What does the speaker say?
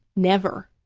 never.